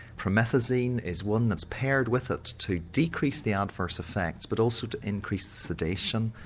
promethazine is one that's paired with it to decrease the adverse effects but also to increase the sedation.